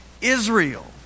Israel